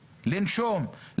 לנשום,